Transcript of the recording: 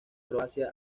croacia